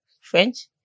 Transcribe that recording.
French